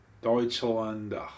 Deutschland